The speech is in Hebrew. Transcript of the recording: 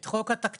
את חוק התקציב,